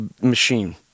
machine